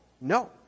No